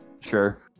Sure